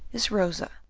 is rosa,